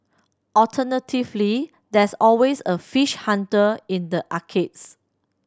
alternatively there's always a Fish Hunter in the arcades